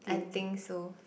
I think so